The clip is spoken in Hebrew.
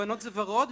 ובנות זה ורוד,